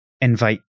invite